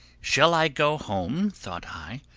shall i go home thought i,